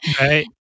Right